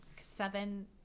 seven